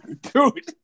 dude